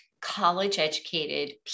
college-educated